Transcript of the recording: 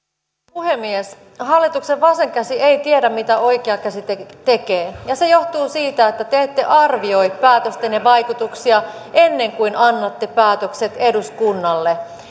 puhemies hallituksen vasen käsi ei tiedä mitä oikea käsi tekee ja se johtuu siitä että te te ette arvioi päätöstenne vaikutuksia ennen kuin annatte päätökset eduskunnalle